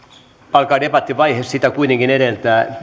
alkaa debattivaihe sitä kuitenkin edeltää